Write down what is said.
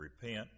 repent